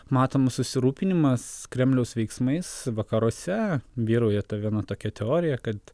matomas susirūpinimas kremliaus veiksmais vakaruose vyrauja ta viena tokia teorija kad